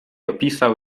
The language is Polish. opisał